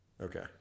Okay